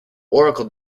oracle